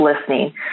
listening